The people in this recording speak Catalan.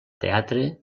teatre